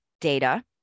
data